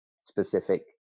specific